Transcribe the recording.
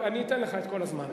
אני אתן לך את כל הזמן.